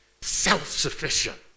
self-sufficient